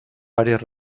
varias